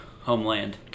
homeland